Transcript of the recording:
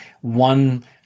one